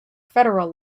federal